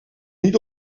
niet